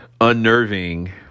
unnerving